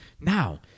now